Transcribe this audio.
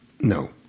No